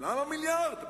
למה מיליארד,